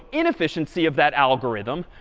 inefficiency of that algorithm,